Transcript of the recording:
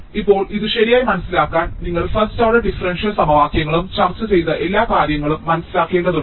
ഇപ്പോൾ ഇത് ശരിയായി മനസ്സിലാക്കാൻ നിങ്ങൾ ഫസ്റ്റ് ഓർഡർ ഡിഫറൻഷ്യൽ സമവാക്യങ്ങളും ചർച്ച ചെയ്ത എല്ലാ കാര്യങ്ങളും മനസ്സിലാക്കേണ്ടതുണ്ട്